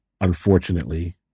unfortunately